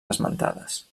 esmentades